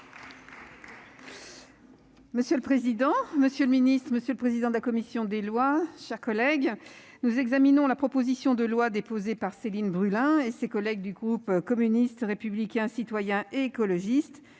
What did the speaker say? Monsieur le président, Monsieur le Ministre, Monsieur le président de la commission des lois, chers collègues, nous examinons la proposition de loi déposée par Céline Brulin, et ses collègues du groupe communiste, républicain, citoyen et écologiste